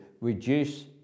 reduce